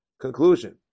conclusion